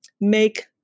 make